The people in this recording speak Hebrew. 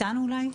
איתנו אולי?